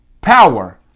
power